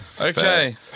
okay